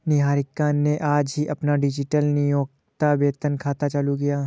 निहारिका ने आज ही अपना डिजिटल नियोक्ता वेतन खाता चालू किया है